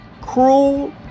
cruel